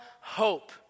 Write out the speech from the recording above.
hope